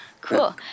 cool